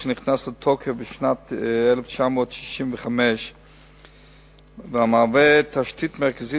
שנכנס לתוקף בשנת 1995 ומהווה תשתית מרכזית